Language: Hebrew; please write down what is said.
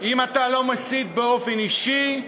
אם אתה לא מסית באופן אישי,